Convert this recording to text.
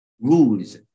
rules